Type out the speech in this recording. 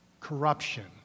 Corruption